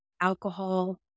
alcohol